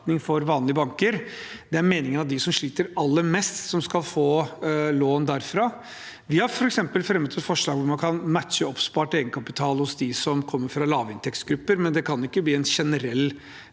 for vanlige banker. Det er meningen at det er de som sliter aller mest, som skal få lån derfra. Vi har f.eks. fremmet et forslag om at man kan matche oppspart egenkapital hos dem som kommer fra lavinntektsgrupper, men det kan ikke bli en generell